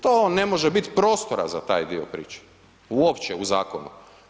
To ne može biti prostora za taj dio priče, uopće u zakonu.